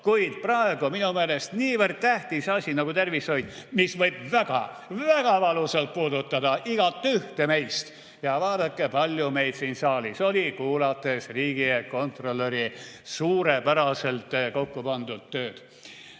Kuid praegu – minu meelest niivõrd tähtis asi nagu tervishoid, mis võib väga-väga valusalt puudutada igaühte meist – vaadake, palju meid siin saalis oli kuulamas riigikontrolöri suurepäraselt kokku pandud tööd.